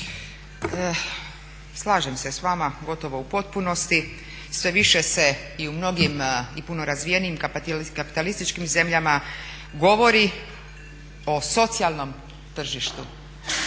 Slažem se s vama gotovo u potpunosti. Sve više se i u mnogim i puno razvijenijim kapitalističkim zemljama govori o socijalnom tržištu.